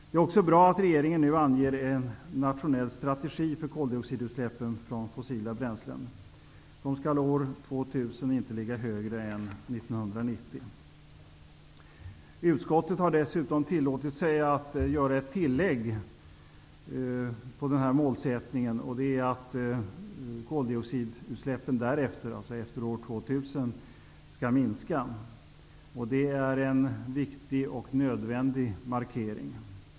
Det är också bra att regeringen nu anger en nationell strategi för koldioxidutsläppen från fossila bränslen. De skall år 2000 inte ligga högre än år 1990. Utskottet har dessutom tillåtit sig att göra ett tillägg när det gäller den här målsättningen, nämligen att koldioxidutsläppen efter år 2000 skall minskas. Det är en viktig och nödvändig markering.